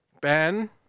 Ben